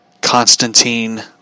Constantine